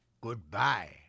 Goodbye